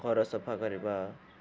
ଘର ସଫା କରିବା